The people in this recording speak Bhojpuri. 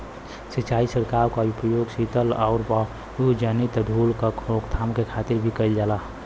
सिंचाई छिड़काव क उपयोग सीतलन आउर वायुजनित धूल क रोकथाम के खातिर भी कइल जाला